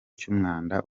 cy’umwanda